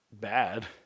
Bad